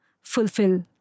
fulfill